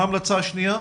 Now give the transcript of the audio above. מה ההמלצה השניה?